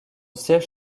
siège